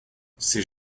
ses